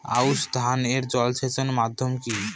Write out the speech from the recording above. আউশ ধান এ জলসেচের মাধ্যম কি?